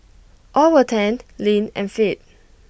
all were tanned lean and fit